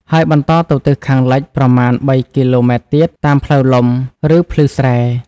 ហើយបន្តទៅទិសខាងលិចប្រមាណ ៣ គីឡូម៉ែត្រទៀត តាមផ្លូវលំ ឬភ្លឺស្រែ។